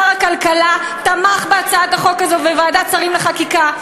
שר הכלכלה תמך בהצעת החוק הזאת בוועדת שרים לחקיקה.